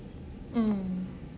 mm